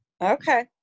Okay